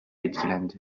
etkilendi